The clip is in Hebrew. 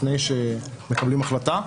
לפני שמקבלים החלטה.